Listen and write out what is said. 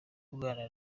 bwana